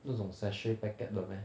那种 sachet packet 的 meh